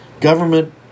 Government